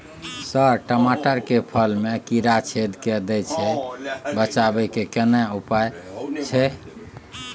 Sir टमाटर के फल में कीरा छेद के दैय छैय बचाबै के केना उपाय छैय?